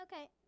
Okay